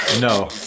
No